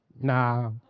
nah